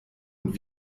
und